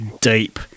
deep